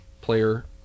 player